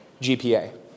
GPA